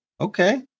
Okay